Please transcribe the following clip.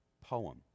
poem